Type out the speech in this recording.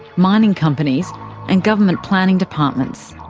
mining companies and government planning departments.